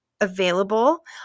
available